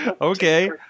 okay